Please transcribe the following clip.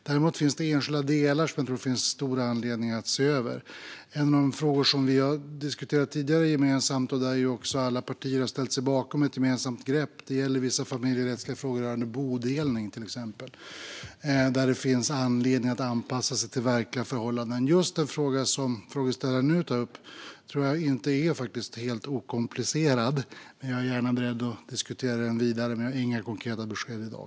Däremot finns det enskilda delar som jag tror att det finns stora anledningar att se över. En av de frågor vi tidigare har diskuterat gemensamt och där alla partier också har ställt sig bakom ett gemensamt grepp gäller vissa familjerättsliga frågor, till exempel bodelning, där det finns anledning att anpassa sig till verkliga förhållanden. Just den fråga frågeställaren nu tar upp tror jag faktiskt inte är helt okomplicerad. Jag diskuterar den gärna vidare, men jag har inga konkreta besked i dag.